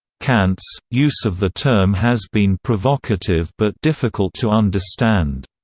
kant's, use of the term has been provocative but difficult to understand.